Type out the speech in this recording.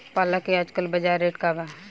पालक के आजकल बजार रेट का बा?